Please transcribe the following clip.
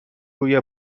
روی